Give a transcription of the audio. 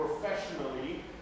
professionally